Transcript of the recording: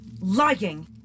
lying